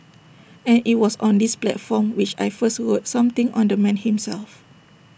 and IT was on this platform which I first wrote something on the man himself